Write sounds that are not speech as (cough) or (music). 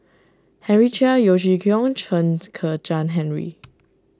Henry Chia Yeo Chee Kiong Chen Kezhan Henri (noise)